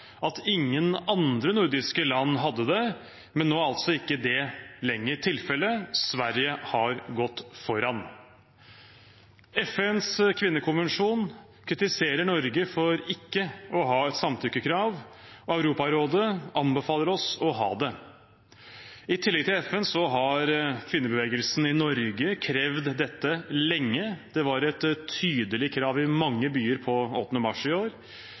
at ingen andre nordiske land hadde det, men nå er altså ikke det lenger tilfellet. Sverige har gått foran. FNs kvinnekommisjon kritiserer Norge for ikke å ha et samtykkekrav, og Europarådet anbefaler oss å ha det. I tillegg til FN har kvinnebevegelsen i Norge krevd dette lenge. Det var et tydelig krav i mange byer 8. mars i år.